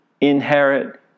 inherit